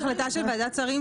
ויש החלטה של ועדת שרים,